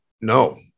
no